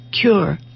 cure